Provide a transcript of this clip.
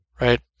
Right